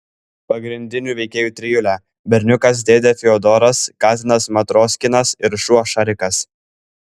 pagrindinių veikėjų trijulė berniukas dėdė fiodoras katinas matroskinas ir šuo šarikas